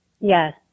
Yes